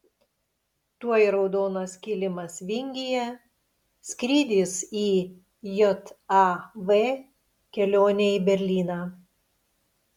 tuoj raudonas kilimas vingyje skrydis į jav kelionė į berlyną